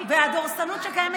תגידי,